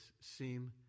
seem